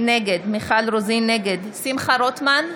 נגד שמחה רוטמן,